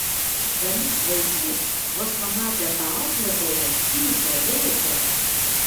dalis vaikų vos pamatę tą auklėtoją cypia rėkia